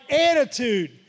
attitude